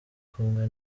kumwe